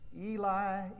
Eli